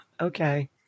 Okay